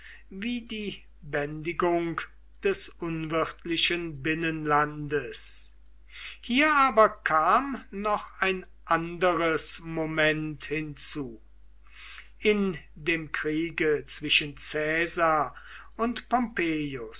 wie die bändigung des unwirtlichen binnenlandes hier aber kam noch ein anderes moment hinzu in dem kriege zwischen caesar und